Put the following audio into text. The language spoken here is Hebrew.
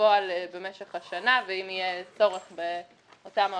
בפועל במשך השנה ואם יהיה צורך באותם העודפים.